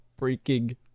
freaking